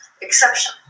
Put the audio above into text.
exception